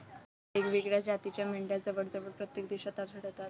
वेगवेगळ्या जातीच्या मेंढ्या जवळजवळ प्रत्येक देशात आढळतात